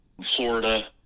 Florida